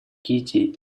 кити